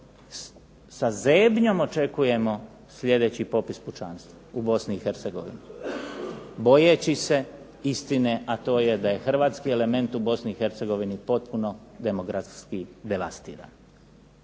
Sa zebnjom očekujemo sljedeći popis pučanstva u Bosni i Hercegovini bojeći se istine, a to je da je hrvatski element u Bosni i Hercegovini potpuno demografski devastiran.